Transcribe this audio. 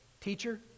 Teacher